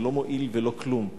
זה לא מועיל ולא כלום.